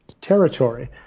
territory